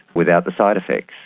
without the side effects.